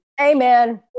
Amen